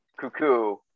Cuckoo